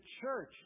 church